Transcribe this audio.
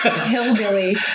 hillbilly